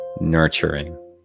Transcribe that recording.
nurturing